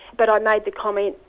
but i made the comment,